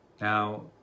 now